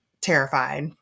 terrified